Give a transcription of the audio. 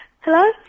Hello